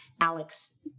Alex